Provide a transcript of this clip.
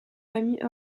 famille